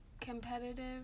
Competitive